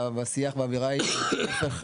והשיח והאווירה היא להיפך.